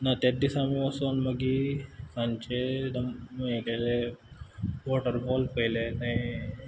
ना तेत दिसा आमी वोसोन मागी सांजचे दोम हें केलें वॉटरफॉल पयले माई